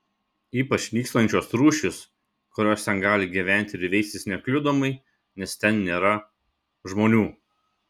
ypač nykstančios rūšys kurios ten gali gyventi ir veistis nekliudomai nes ten nėra žmonių